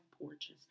porches